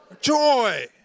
Joy